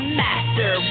master